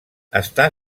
està